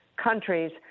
countries